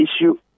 issue